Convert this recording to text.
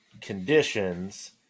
conditions